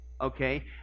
okay